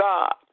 God